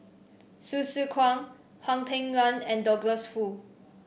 Hsu Tse Kwang Hwang Peng Yuan and Douglas Foo